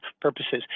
purposes